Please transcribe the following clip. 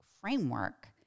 framework